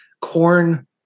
Corn